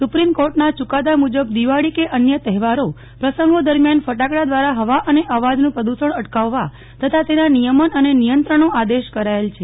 supreme કોર્ટના યુકાદા મુજબ દિવાળી કે અન્ય તહેવારો પ્રસંગો યાદીમાં વધુમાં જણાવ્યાનુસાર દરમિયાન ફટાકડા દ્વારા હવા અને અવાજનું પ્રદૃષણ અટકાવવા તથા તેના નિયમન અને નિયંત્રણનો આદેશ કરાયેલ છે